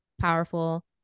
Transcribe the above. powerful